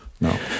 No